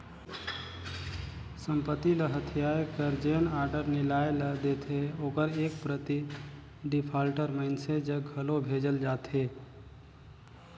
संपत्ति ल हथियाए कर जेन आडर नियालय ल देथे ओकर एक प्रति डिफाल्टर मइनसे जग घलो भेजल जाथे